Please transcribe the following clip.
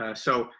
ah so,